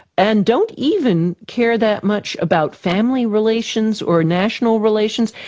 and don't even care that much about family relations or national relations,